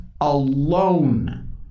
alone